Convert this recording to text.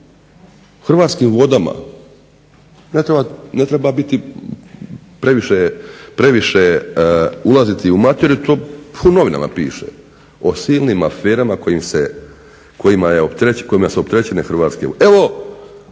Hrvatskim vodama, ne treba biti previše ulaziti u materiju, to u novinama piše o silnim aferama kojima su opterećene Hrvatske vode.